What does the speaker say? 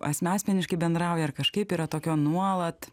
asmeniškai bendrauja ar kažkaip yra tokio nuolat